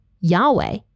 Yahweh